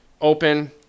Open